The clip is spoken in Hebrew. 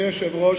אדוני היושב-ראש,